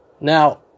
Now